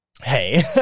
hey